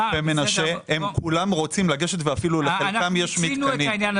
אלפי מנשה - כולם רוצים לגשת ואף לחלקם יש מתקנים.